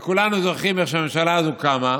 הרי כולנו זוכרים איך הממשלה הזו קמה,